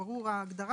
ההגדרה ברורה,